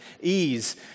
ease